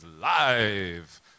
live